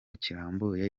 kirambuye